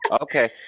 Okay